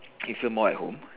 can feel more at home